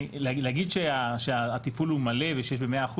להגיד שהטיפול הוא מלא ושיש ב-100%,